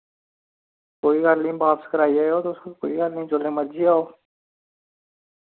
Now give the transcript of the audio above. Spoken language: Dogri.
कोई गल्ल नेईं बाप्स कराई आयो तुस कोई गल्ल नेईं जुल्लै मर्जी आओ